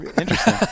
Interesting